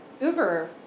Uber